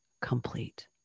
complete